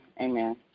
Amen